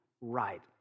right